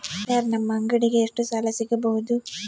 Sir ನಮ್ಮ ಅಂಗಡಿಗೆ ಎಷ್ಟು ಸಾಲ ಸಿಗಬಹುದು?